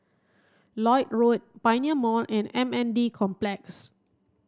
Lloyd Road Pioneer Mall and M N D Complex